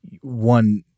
one